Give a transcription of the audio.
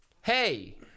Hey